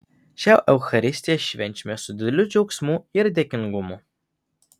šią eucharistiją švenčiame su dideliu džiaugsmu ir dėkingumu